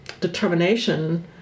determination